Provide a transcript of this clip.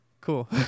cool